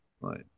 Right